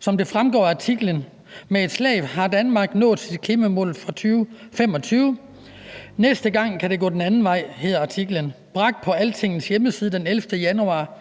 som det fremgår af artiklen »Med ét slag har Danmark nået sit klimamål for 2025: »Næste gang kan det gå den anden vej«« bragt på Altingets hjemmeside den 11. januar